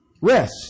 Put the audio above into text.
rest